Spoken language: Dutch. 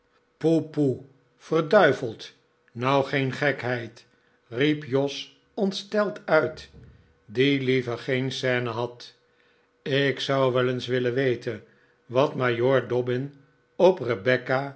kom poepoe verduiveld nou geen gekheid riep jos ontsteld uit die liever geen scene had ik zou wel eens willen weten wat majoor dobbin op